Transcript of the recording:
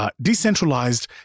decentralized